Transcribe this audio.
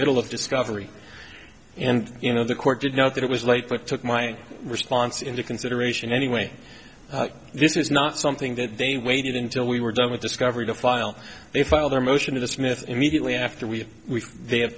middle of discovery and you know the court did know that it was late but took my response into consideration anyway this is not something that they waited until we were done with discovery to file they file their motion to dismiss immediately after we have they